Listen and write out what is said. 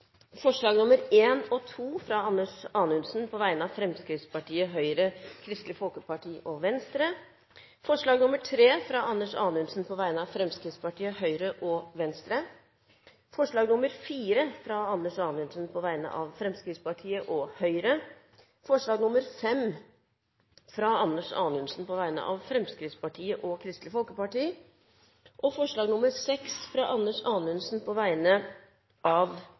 fra Anders Anundsen på vegne av Fremskrittspartiet, Høyre og Venstre forslag nr. 4, fra Anders Anundsen på vegne av Fremskrittspartiet og Høyre forslag nr. 5, fra Anders Anundsen på vegne av Fremskrittspartiet og Kristelig Folkeparti forslag nr. 6, fra Anders Anundsen på vegne av Fremskrittspartiet og Venstre forslagene nr. 7–10, fra Anders Anundsen på vegne av Fremskrittspartiet forslag nr. 11, fra André Oktay Dahl på vegne av